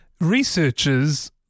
researchers